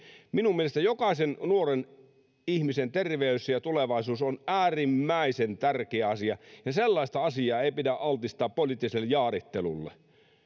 minun mielestäni jokaisen nuoren ihmisen terveys ja tulevaisuus on äärimmäisen tärkeä asia ja sellaista asiaa ei pidä altistaa poliittiselle jaarittelulle kyllä